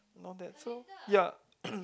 not that so ya